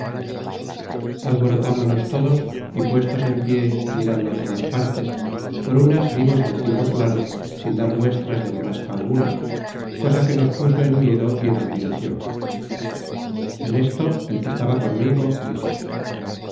navío alborotámonos todos y puestos en pié mirando a todas partes por unas vimos el cielo claro sin dar muestras de borrasca alguna cosa que nos puso en miedo y en admiracion en esto el que estaba conmigo dijo